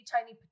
tiny